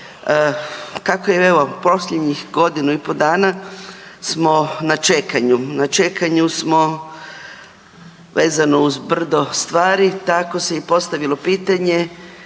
Kako je evo posljednjih godinu i pol dana smo na čekanju, na čekanju smo vezano uz brdo stvari tako se i postavilo pitanje